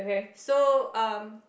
so um